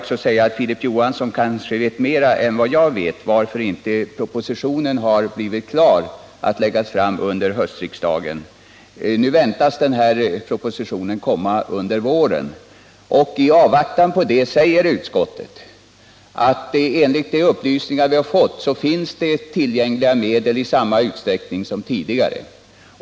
Filip Johansson kanske vet mer än vad jag vet om skälen till att propositionen inte har blivit klar att läggas fram under höstriksdagen. Den väntas emellertid komma under våren, och i avvaktan på det säger utskottet att det enligt de upplysningar som vi har fått finns tillgängliga medel i samma utsträckning som tidigare.